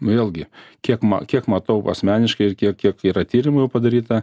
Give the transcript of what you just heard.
vėlgi kiek ma kiek matau asmeniškai ir kiek kiek yra tyrimų jau padaryta